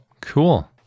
cool